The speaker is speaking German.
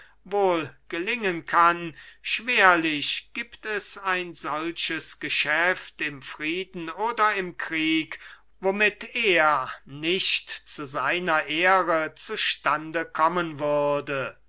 wohl gelingen kann schwerlich giebt es ein solches geschäft im frieden oder im krieg womit er nicht zu seiner ehre zu stande kommen würde